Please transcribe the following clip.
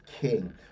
king